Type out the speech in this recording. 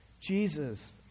Jesus